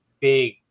big